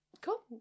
Cool